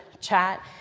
chat